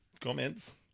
comments